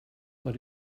but